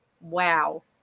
Wow